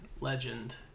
legend